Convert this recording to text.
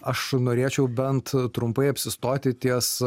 aš norėčiau bent trumpai apsistoti ties